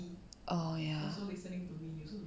oh ya